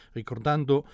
ricordando